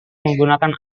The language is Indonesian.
menggunakan